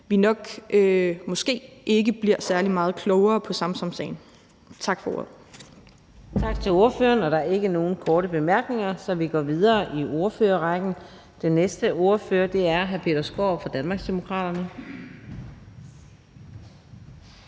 vi nok måske ikke bliver særlig meget klogere på Samsamsagen. Tak for ordet. Kl. 17:33 Fjerde næstformand (Karina Adsbøl): Tak til ordføreren. Der er ikke nogen korte bemærkninger, så vi går videre i ordførerrækken. Den næste ordfører er hr. Peter Skaarup fra Danmarksdemokraterne.